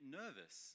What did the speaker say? nervous